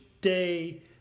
day